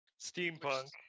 Steampunk